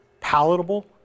palatable